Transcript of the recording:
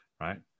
Right